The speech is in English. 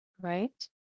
right